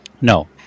No